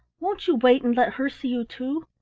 won't you wait and let her see you too?